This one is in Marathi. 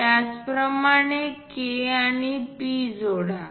त्याचप्रमाणे K आणि P जोडा